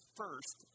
first